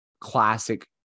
classic